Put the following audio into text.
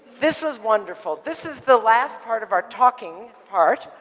this was wonderful. this is the last part of our talking part.